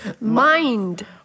Mind